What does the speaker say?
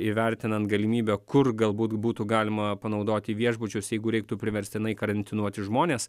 įvertinant galimybę kur galbūt būtų galima panaudoti viešbučius jeigu reiktų priverstinai karantinuoti žmones